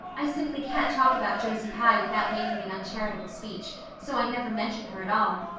i simply can't talk about josie pye without making an uncharitable speech, so i never mention her at all.